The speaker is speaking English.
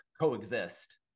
coexist